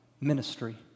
ministry